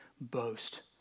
boast